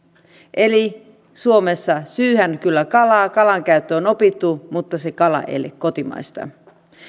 eli suomessa syödään kyllä kalaa kalan käyttö on opittu mutta se kala ei ole kotimaista